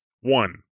One